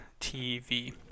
TV